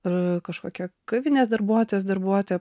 ar kažkokia kavinės darbuotojas darbuotoja